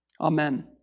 Amen